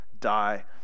Die